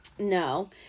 No